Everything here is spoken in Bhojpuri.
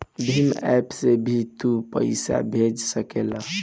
भीम एप्प से भी तू पईसा भेज सकेला